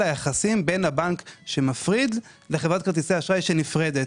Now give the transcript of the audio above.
היחסים בין הבנק שמפריד לחברת כרטיסי האשראי שנפרדת.